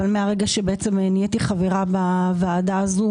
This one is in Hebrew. אבל מהרגע שבעצם נהייתי חברה בוועדה הזו